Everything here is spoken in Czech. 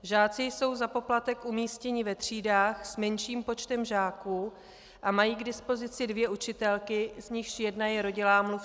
Žáci jsou za poplatek umístěni ve třídách s menším počtem žáků a mají k dispozici dvě učitelky, z nichž jedna je rodilá mluvčí.